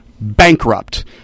Bankrupt